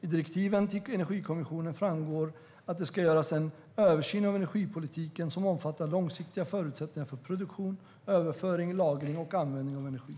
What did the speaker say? I direktiven till Energikommissionen framgår att det ska göras en översyn av energipolitiken som omfattar långsiktiga förutsättningar för produktion, överföring, lagring och användning av energi.